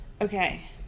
Okay